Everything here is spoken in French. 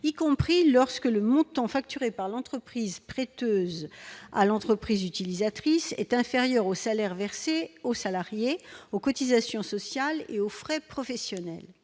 y compris lorsque le montant facturé par l'entreprise prêteuse à l'entreprise utilisatrice est inférieur au salaire versés aux salariés, aux cotisations sociales et aux frais professionnels,